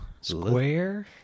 square